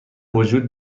وجود